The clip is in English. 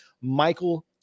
Michael